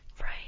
right